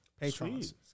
patrons